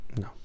No